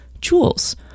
Jules